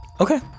Okay